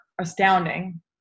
astounding